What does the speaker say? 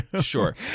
sure